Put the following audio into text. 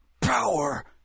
power